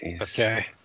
Okay